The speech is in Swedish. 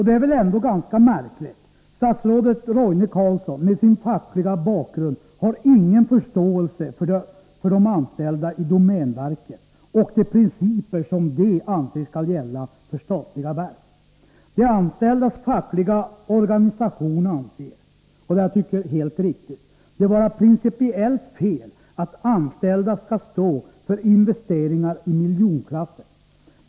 Det är ändå ganska märkligt att statsrådet Roine Carlsson med sin fackliga bakgrund inte har någon förståelse för de anställda i domänverket och de principer som de anser skall gälla i statliga verk. De anställdas fackliga organisationer anser — vilket jag tycker är helt riktigt — det vara principiellt fel att anställda skall stå för investeringar i miljonklassen.